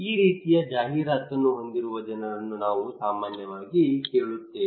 ಈ ರೀತಿಯ ಜಾಹೀರಾತನ್ನು ಹೊಂದಿರುವ ಜನರನ್ನು ನಾವು ಸಾಮಾನ್ಯವಾಗಿ ಕೇಳುತ್ತೇವೆ